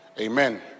Amen